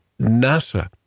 NASA